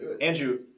Andrew